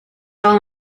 all